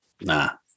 Nah